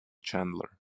chandler